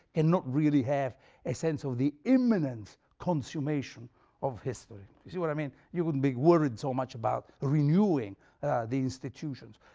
and really have a sense of the imminent consummation of history. you see what i mean? you wouldn't be worried so much about ah renewing the institutions.